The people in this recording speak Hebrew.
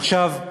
עכשיו,